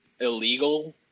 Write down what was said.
illegal